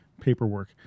paperwork